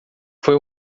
foi